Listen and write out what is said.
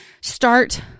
start